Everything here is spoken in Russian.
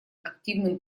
активным